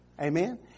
Amen